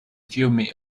fiumi